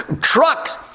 trucks